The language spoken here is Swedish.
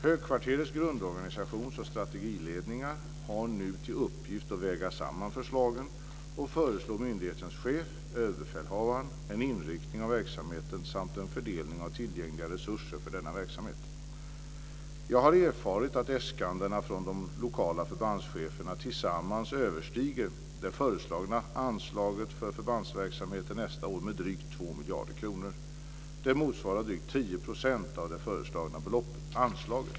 Högkvarterets grundorganisations och strategiledningar har nu till uppgift att väga samman förslagen och föreslå myndighetens chef, överbefälhavaren, en inriktning av verksamheten samt en fördelning av tillgängliga resurser för denna verksamhet. Jag har erfarit att äskandena från de lokala förbandscheferna tillsammans överstiger det föreslagna anslaget för förbandsverksamheten nästa år med drygt 2 miljarder kronor. Det motsvarar drygt 10 % av det föreslagna anslaget.